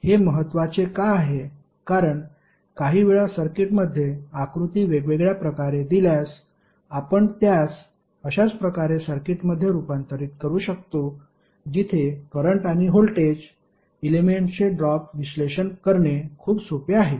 हे महत्त्वाचे का आहे कारण काहीवेळा सर्किटमध्ये आकृती वेगवेगळ्या प्रकारे दिल्यास आपण त्यास अशाच प्रकारे सर्किटमध्ये रुपांतरित करू शकतो जिथे करंट आणि व्होल्टेज एलेमेंट्सचे ड्रॉप विश्लेषण करणे खूप सोपे आहे